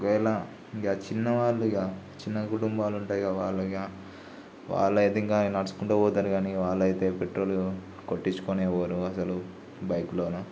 ఒకవేళ గా చిన్న వాళ్ళుగా చిన్న కుటుంబాలు ఉంటాయిగా వాళ్ళుగా వాళ్ళయితే ఇంక నడుచుకుంటా పోతరుగాని వాళ్ళయితే పెట్రోలు కొట్టిచ్చుకునే పోరు అసలు బైక్లోన